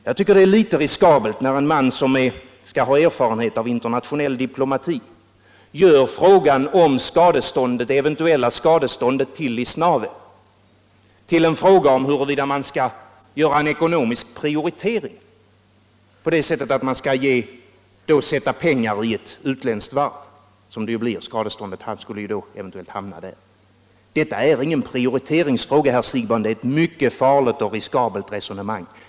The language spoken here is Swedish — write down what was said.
Jag tycker det är litet riskabelt när en man som skall ha erfarenhet av internationell diplomati gör frågan om ett eventuellt skadestånd till Lisnave till en fråga om huruvida man skall företa en ekonomisk prioritering på det sättet att man skall sätta in pengar i ett utländskt varv, för de eventuella pengarna skulle ju hamna där. Detta är ingen prioriteringsfråga, herr Siegbahn, det är ett mycket farligt och riskabelt resonemang.